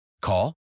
Call